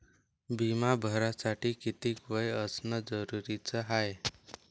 बिमा भरासाठी किती वय असनं जरुरीच हाय?